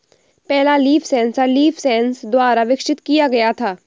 पहला leaf sensor Leafsense द्वारा विकसित किया गया था